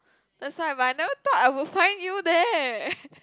that's why but I never thought I would find you there